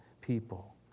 people